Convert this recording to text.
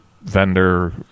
vendor